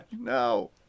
no